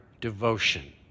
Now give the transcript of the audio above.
devotion